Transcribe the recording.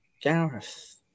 Gareth